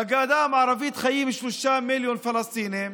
בגדה המערבית חיים שלושה מיליון פלסטינים